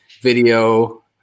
video